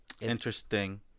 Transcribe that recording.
Interesting